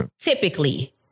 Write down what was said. Typically